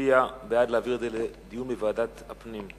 מצביע בעד להעביר את זה לדיון בוועדת הפנים.